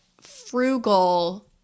frugal